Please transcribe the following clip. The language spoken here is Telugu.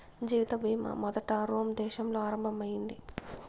జీవిత బీమా మొదట రోమ్ దేశంలో ఆరంభం అయింది